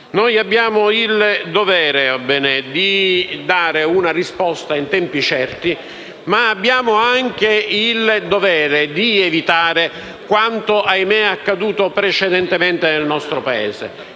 Abbiamo il dovere di dare una risposta in tempi certi, ma abbiamo anche il dovere di evitare quanto - ahimè - accaduto precedentemente nel nostro Paese.